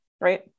right